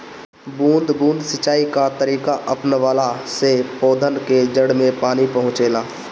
बूंद बूंद सिंचाई कअ तरीका अपनवला से पौधन के जड़ में पानी पहुंचेला